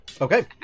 Okay